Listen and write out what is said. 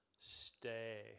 stay